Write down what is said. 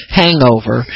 hangover